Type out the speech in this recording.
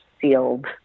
sealed